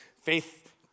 faith